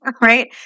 right